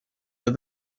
that